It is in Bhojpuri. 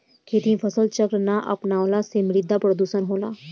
खेती में फसल चक्र ना अपनवला से मृदा प्रदुषण होला